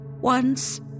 Once